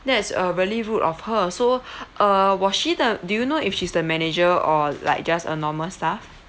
that is a really rude of her so uh was she the do you know if she's the manager or like just a normal staff